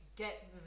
get